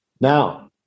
Now